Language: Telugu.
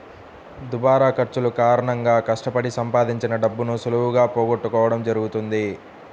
దుబారా ఖర్చుల కారణంగా కష్టపడి సంపాదించిన డబ్బును సులువుగా పోగొట్టుకోడం జరుగుతది